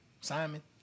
Simon